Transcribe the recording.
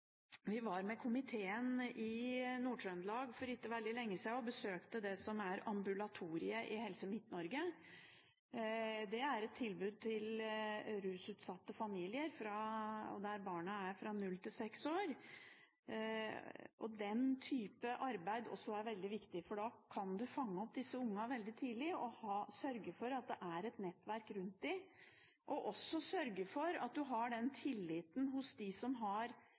Vi var med komiteen i Nord-Trøndelag for ikke veldig lenge siden og besøkte det som er Ambulatoriet i Helse Midt-Norge. Det er et tilbud til rusutsatte familier, der barna er fra 0 år til 6 år. Den typen arbeid er også veldig viktig, for da kan man fange opp disse ungene veldig tidlig, sørge for at det er et nettverk rundt dem, og sørge for at man har den tilliten hos dem som i dette tilfellet har